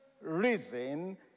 reason